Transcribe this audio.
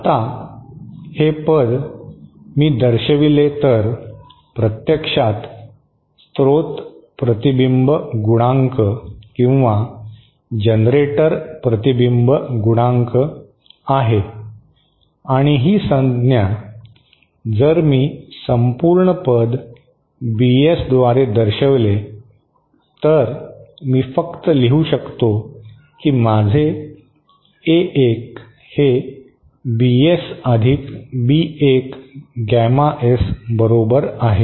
आता हे पद मी दर्शविले तर प्रत्यक्षात स्रोत प्रतिबिंब गुणांक किंवा जनरेटर प्रतिबिंब गुणांक आहे आणि ही संज्ञा जर मी संपूर्ण पद बीएसद्वारे दर्शविले तर मी फक्त लिहू शकतो की माझे ए 1 हे बीएस अधिक बी 1 गॅमा एस बरोबर आहे